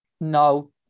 No